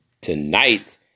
Tonight